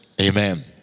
Amen